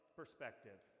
perspective